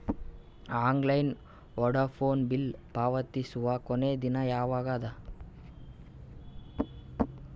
Online Vodafone bill ಪಾವತಿಸುವ ಕೊನಿ ದಿನ ಯವಾಗ ಅದ?